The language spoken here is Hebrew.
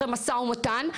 אחרי משא ומתן,